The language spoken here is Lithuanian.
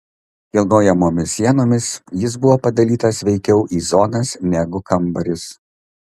kilnojamomis sienomis jis buvo padalytas veikiau į zonas negu kambarius